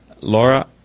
Laura